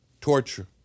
torture